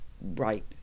right